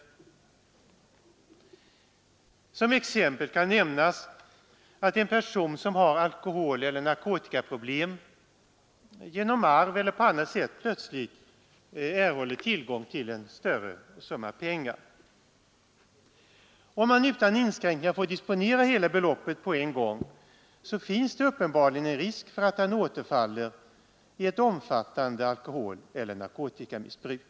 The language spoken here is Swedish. Som exempel kan nämnas att en person som har alkoholeller narkotikaproblem genom arv eller på annat sätt plötsligt erhåller tillgång till en större summa pengar. Om han utan inskränkningar får disponera hela beloppet på en gång, finns det uppenbarligen en risk för att han återfaller i ett omfattande alkoholeller narkotikamissbruk.